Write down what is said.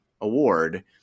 award